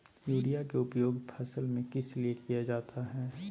Urea के उपयोग फसल में किस लिए किया जाता है?